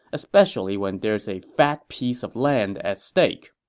especially when there's a fat piece of land at stake.